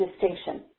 distinction